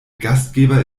gastgeber